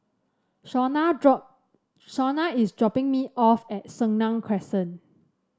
Shawnna drop Shawnna is dropping me off at Senang Crescent